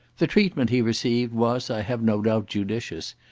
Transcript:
the treatment he received was, i have no doubt, judicious,